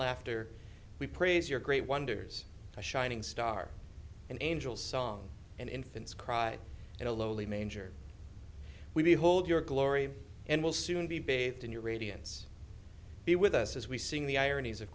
laughter we praise your great wonders a shining star an angel song an infant's cry and a lowly manger we behold your glory and will soon be bathed in your radiance be with us as we sing the ironies of